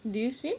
did you swim